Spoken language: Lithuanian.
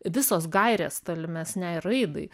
visos gairės tolimesnei raidai